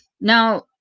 Now